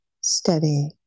steady